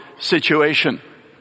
situation